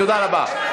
תודה רבה.